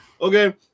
Okay